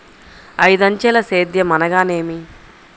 ఐదంచెల సేద్యం అనగా నేమి?